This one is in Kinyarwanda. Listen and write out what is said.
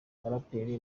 baraperi